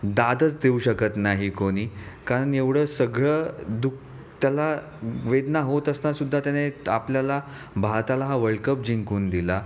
दादच देऊ शकत नाही कोणी कारण एवढं सगळं दुक त्याला वेदना होत असताना सुद्धा त्याने आपल्याला भारताला हा वर्ल्ड कप जिंकून दिला